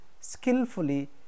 skillfully